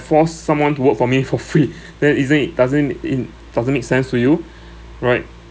force someone to work for me for free then isn't it doesn't it doesn't make sense to you right